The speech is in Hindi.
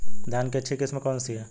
धान की अच्छी किस्म कौन सी है?